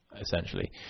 essentially